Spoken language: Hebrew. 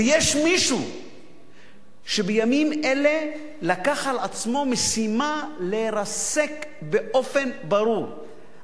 יש מישהו שבימים אלה לקח על עצמו משימה לרסק באופן ברור את